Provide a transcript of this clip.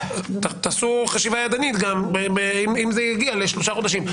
תעשו גם חשיבה ידנית אם זה יגיע לשלושה חודשים.